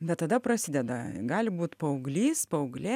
bet tada prasideda gali būt paauglys paauglė